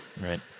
Right